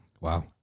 Wow